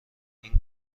این